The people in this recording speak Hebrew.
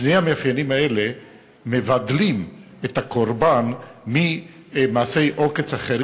שני המאפיינים האלה מבדלים את הקורבן ממעשי עוקץ אחרים,